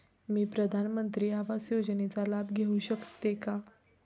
मी प्रधानमंत्री आवास योजनेचा लाभ घेऊ शकते का?